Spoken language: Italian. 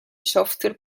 software